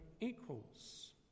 equals